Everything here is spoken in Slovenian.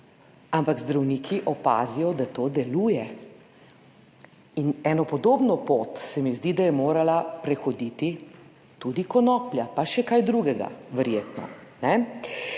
ampak zdravniki opazijo, da to deluje in eno podobno pot, se mi zdi, da je morala prehoditi tudi konoplja, pa še kaj drugega verjetno